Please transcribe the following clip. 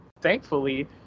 thankfully